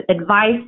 advice